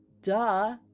Duh